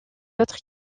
autres